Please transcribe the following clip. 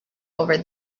over